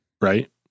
Right